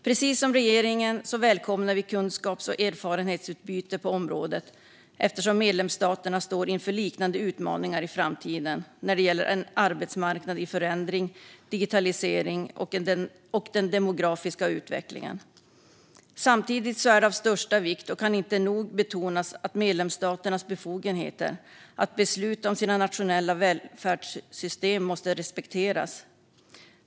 Precis som regeringen välkomnar vi kunskaps och erfarenhetsutbyte på området, eftersom medlemsstaterna står inför liknande utmaningar i framtiden när det gäller en arbetsmarknad i förändring, digitalisering och den demografiska utvecklingen. Samtidigt är det av största vikt och kan inte nog betonas att medlemsstaternas befogenheter att besluta om sina nationella välfärdssystem måste respekteras.